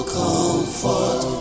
comfort